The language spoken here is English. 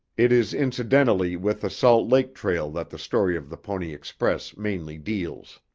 it is incidentally with the salt lake trail that the story of the pony express mainly deals.